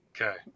Okay